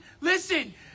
listen